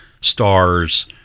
stars